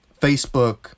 Facebook